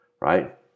right